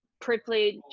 privilege